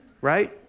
right